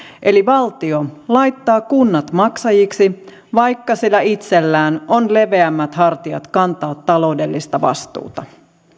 eli valtio laittaa kunnat maksajiksi vaikka sillä itsellään on leveämmät hartiat kantaa taloudellista vastuuta